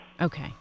Okay